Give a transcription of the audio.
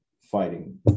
fighting